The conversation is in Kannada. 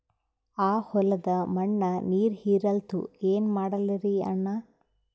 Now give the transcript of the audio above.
ಆ ಹೊಲದ ಮಣ್ಣ ನೀರ್ ಹೀರಲ್ತು, ಏನ ಮಾಡಲಿರಿ ಅಣ್ಣಾ?